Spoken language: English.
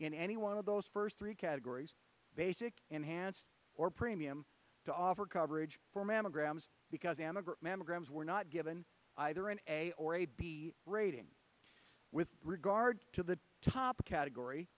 in any one of those first three categories basic enhanced or premium to offer coverage for mammograms because an over mammograms were not given either an a or a b rating with regard to the top category